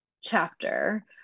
chapter